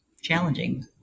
challenging